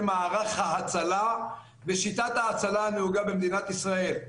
מערך ההצלה ושיטת ההצלה הנהוגה במדינת ישראל,